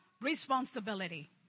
responsibility